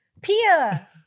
Pia